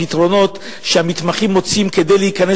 הפתרונות שהמתמחים מוצאים כדי להיכנס